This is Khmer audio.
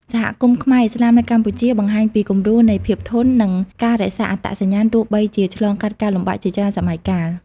សហគមន៍ខ្មែរឥស្លាមនៅកម្ពុជា បង្ហាញពីគំរូនៃភាពធន់ និងការរក្សាអត្តសញ្ញាណ ទោះបីជាឆ្លងកាត់ការលំបាកជាច្រើនសម័យកាល។